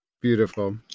beautiful